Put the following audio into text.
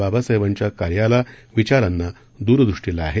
बाबासाहेबांच्या कार्याला विचारांना दूरदृष्टीला आहे